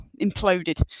imploded